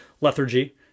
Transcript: lethargy